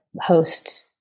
host